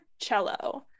cello